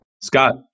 Scott